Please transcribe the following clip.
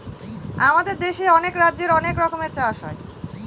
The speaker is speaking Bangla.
আমাদের দেশে অনেক রাজ্যে অনেক রকমের চাষ হয়